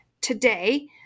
today